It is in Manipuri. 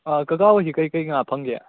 ꯀꯀꯥ ꯍꯣꯏꯁꯦ ꯀꯩꯀꯩ ꯉꯥ ꯐꯪꯒꯦ